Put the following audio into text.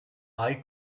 eye